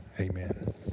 amen